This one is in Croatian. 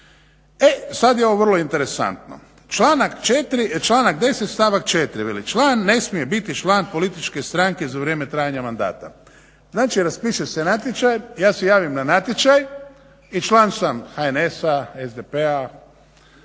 E sada je ovo vrlo interesantno. Članak 10.stavak 4.veli član ne smije biti član političke stranke za vrijeme trajanja mandata. Znači raspiše se natječaj ja se javim na natječaj i član sam HNS-a, SDP-a,